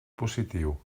positiu